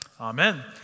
Amen